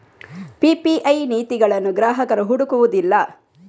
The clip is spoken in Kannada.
ಪಿ.ಪಿ.ಐ ನೀತಿಗಳನ್ನು ಗ್ರಾಹಕರು ಹುಡುಕುವುದಿಲ್ಲ